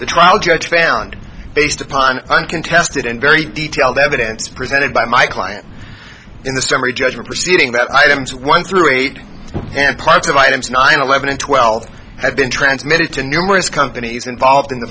the trial judge found based upon uncontested and very detailed evidence presented by my client in the summer a judgment proceeding that items one through eight and parts of items nine eleven and twelve have been transmitted to numerous companies involved in the